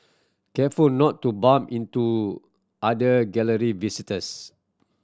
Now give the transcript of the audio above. careful not to bump into other Gallery visitors